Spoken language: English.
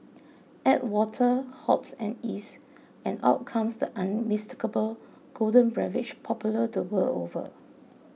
add water hops and yeast and out comes the unmistakable golden beverage popular the world over